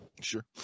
Sure